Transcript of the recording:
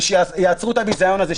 ושיעצרו את הביזיון הזה.